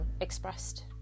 expressed